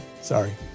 Sorry